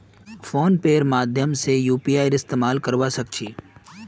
phone पेर माध्यम से यूपीआईर इस्तेमाल करवा सक छी